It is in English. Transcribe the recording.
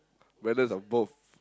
matters of both